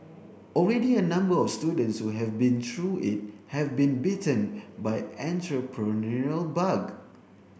already a number of students who have been through it have been bitten by entrepreneurial bug